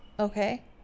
okay